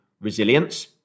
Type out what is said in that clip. resilience